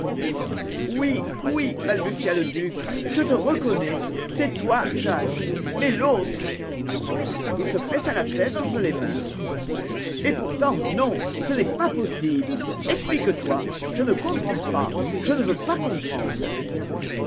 oui oui balbutia le duc je te reconnais c'est toi jacques mais l'autre il se pressa la tête entre les mains et pourtant non ce n'est pas possible explique-toi je ne comprends pas je ne veux pas comprendre